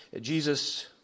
Jesus